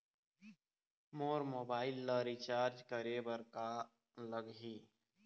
मोर mobile ला recharge करे बर का लगही?